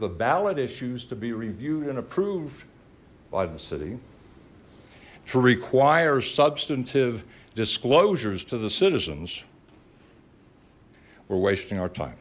the ballot issues to be reviewed and approved by the city to require substantive disclosures to the citizens we're wasting our time